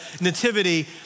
nativity